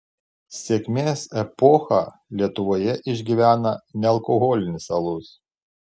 sėkmės epochą lietuvoje išgyvena nealkoholinis alus